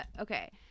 Okay